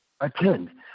attend